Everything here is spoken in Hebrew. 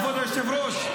כבוד היושב-ראש,